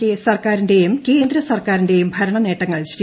K സർക്കാരിന്റെയും കേന്ദ്രസർക്കാരിന്റെയും ഭരണനേട്ടങ്ങൾ ശ്രീ